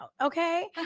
okay